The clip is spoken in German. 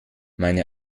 meine